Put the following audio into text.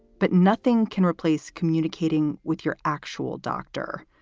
but nothing can replace communicating with your actual doctor.